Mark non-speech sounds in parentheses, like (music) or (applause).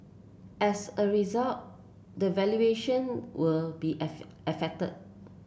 as a result the valuation will be (unintelligible) affected